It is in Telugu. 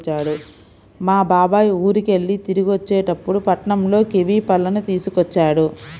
మా బాబాయ్ ఊరికెళ్ళి తిరిగొచ్చేటప్పుడు పట్నంలో కివీ పళ్ళను తీసుకొచ్చాడు